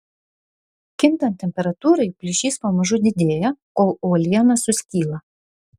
kintant temperatūrai plyšys pamažu didėja kol uoliena suskyla